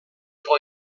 igo